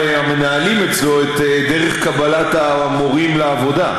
המנהלים אצלו את דרך קבלת המורים לעבודה.